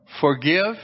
Forgive